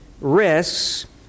risks